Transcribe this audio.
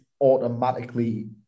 automatically